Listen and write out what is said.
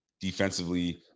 defensively